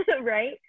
right